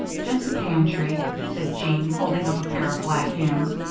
just a pantry, said jean, holding up a pair of black hands,